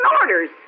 orders